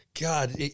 God